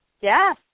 Yes